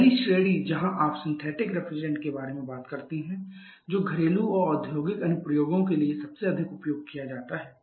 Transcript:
पहली श्रेणी जहां आप सिंथेटिक रेफ्रिजरेंट के बारे में बात करते हैं जो घरेलू और औद्योगिक अनुप्रयोगों के लिए सबसे अधिक उपयोग किया जाता है